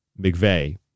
McVeigh